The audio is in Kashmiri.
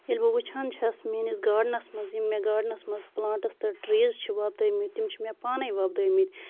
ییٚلہِ بہٕ وٕچھان چھَس میٲنِس گاڈنَس منٛز یِم مےٚ گاڈنَس منٛز پٔلانٹس تہٕ ٹریٖز چھِ وۄپدٲومٕتۍ تِم چھِ مےٚ پانے وۄپدٲومٕتۍ